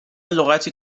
لغتی